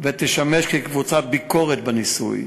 ותשמש קבוצת ביקורת בניסוי.